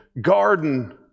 garden